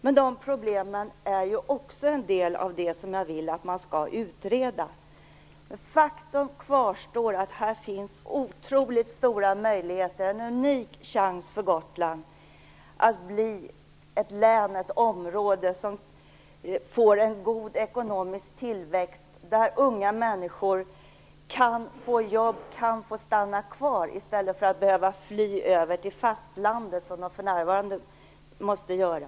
Men de problemen är ju också en del av det som jag vill att man skall utreda. Faktum kvarstår, här finns otroligt stora möjligheter, en unik chans för Gotland att bli ett län, ett område som får en god ekonomisk tillväxt, där unga människor kan få jobb, kan få stanna kvar i stället för att behöva fly över till fastlandet, som de för närvarande måste göra.